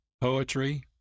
Poetry